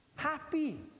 happy